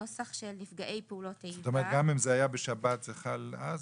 שגם אם זה היה בשבת זה חל אז?